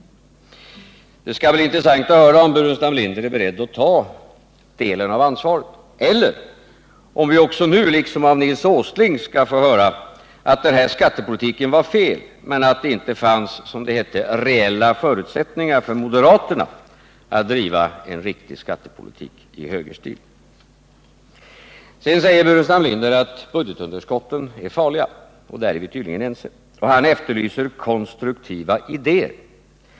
Det skall bli intressant att höra om Burenstam Linder är beredd att ta en del av ansvaret eller om vi nu, liksom av Nils Åsling, skall få höra att den här skattepolitiken var fel men att det inte fanns, som det hette, reella förutsättningar för moderaterna att driva en riktig skattepolitik i högerstil. Burenstam Linder säger också att budgetunderskott är farliga. Där är vi tydligen ense. Och han efterlyser konstruktiva idéer.